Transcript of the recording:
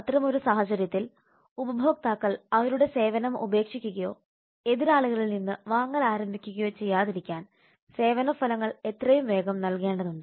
അത്തരമൊരു സാഹചര്യത്തിൽ ഉപഭോക്താക്കൾ നമ്മുടെ സേവനം ഉപേക്ഷിക്കുകയോ എതിരാളികളിൽ നിന്ന് വാങ്ങൽ ആരംഭിക്കുകയോ ചെയ്യാതിരിക്കാൻ സേവന ഫലങ്ങൾ എത്രയും വേഗം നൽകേണ്ടതുണ്ട്